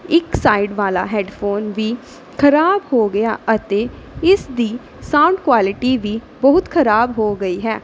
ਇੱਕ ਸਾਈਡ ਵਾਲਾ ਹੈੱਡਫੋਨ ਵੀ ਖਰਾਬ ਹੋ ਗਿਆ ਅਤੇ ਇਸ ਦੀ ਸਾਊਂਡ ਕੁਆਲਿਟੀ ਵੀ ਬਹੁਤ ਖਰਾਬ ਹੋ ਗਈ ਹੈ